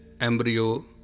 embryo